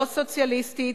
לא סוציאליסטית,